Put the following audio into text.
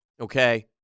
Okay